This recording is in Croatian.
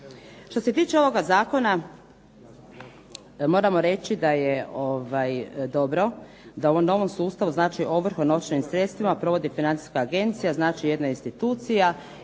Što se tiče ovoga zakona, moramo reći da je dobro da u ovom novom sustavu znači ovrhu na novčanim sredstvima provodi Financijska agencija, znači jedna institucija